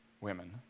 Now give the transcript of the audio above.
women